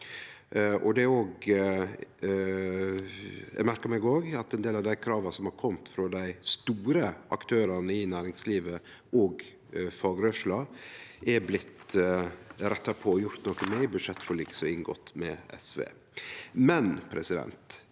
Eg merkar meg òg at ein del av dei krava som har kome frå dei store aktørane i næringslivet og fagrørsla, er blitt retta på og gjort noko med i budsjettforliket som er inngått med SV.